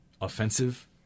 offensive